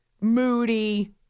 moody